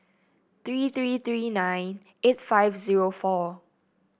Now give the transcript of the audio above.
three three three nine eight five zero four